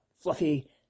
fluffy